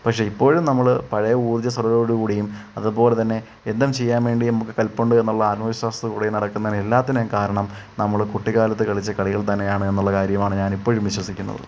പക്ഷേ ഇപ്പോഴും നമ്മൾ പഴയ ഊർജസ്വലതയോട് കൂടിയും അതുപോലെ തന്നെ എന്തും ചെയ്യാൻ വേണ്ടി നമുക്ക് കെൽപ്പുണ്ട് എന്നുള്ള ആത്മവിശ്വാസത്തൂടിയും നടക്കുന്നതാണ് എല്ലാത്തിനെയും കാരണം നമ്മൾ കുട്ടിക്കാലത്ത് കളിച്ച് കളികൾ തന്നെയാണ് എന്നുള്ള കാര്യമാണ് ഞാനിപ്പോഴും വിശ്വസിക്കുന്നത്